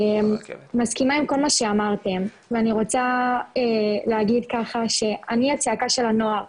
מסכימה עם כל מה שאמרתם ואני רוצה להגיד ככה שאני הצעקה של הנוער,